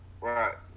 Right